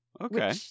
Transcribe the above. okay